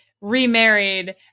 remarried